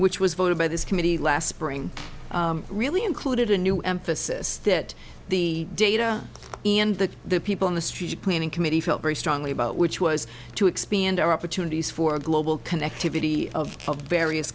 which was voted by this committee last spring really included a new emphasis that the data and the people in the street planning committee felt very strongly about which was to expand our opportunities for global connectivity of various